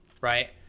right